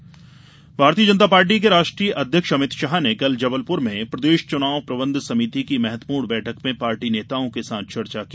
Amit Shah Bharatiya Janata Party के राष्ट्रीय अध्यक्ष अमित शाह ने कल जबलपुर में प्रदेश चुनाव प्रबंधन समिति की महत्तवपूर्ण बैठक में पार्टी नेताओं के साथ चर्चा की